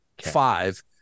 Five